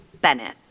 Bennett